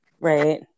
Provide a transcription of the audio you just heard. Right